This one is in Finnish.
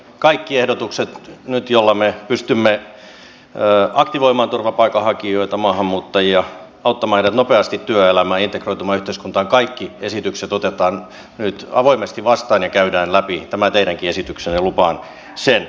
kaikki esitykset joilla me nyt pystymme aktivoimaan turvapaikanhakijoita maahanmuuttajia auttamaan heidät nopeasti työelämään ja integroitumaan yhteiskuntaan otetaan nyt avoimesti vastaan ja käydään läpi tämä teidänkin esityksenne